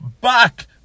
back